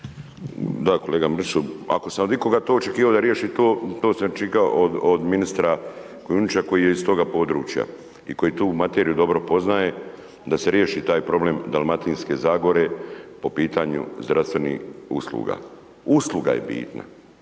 Da kolega Mrsiću, ako sam od ikoga to očekivao da riješi to, to sam očekivao od ministra Kujundžića koji je iz tog područja i koji tu materiju dobro poznaje da se riješi taj problem dalmatinske zagore po pitanju zdravstvenih usluga. Usluga je bitna